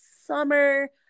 summer